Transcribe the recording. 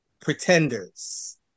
Pretenders